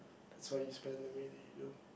that's why you spent the way that you do